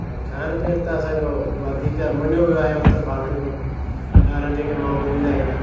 ऐं खाइण पीअण त असांजो वधीक मञियो वियो आहे उत्तर भारत जो ॿाहिरां जेके माण्हू ईंदा आहिनि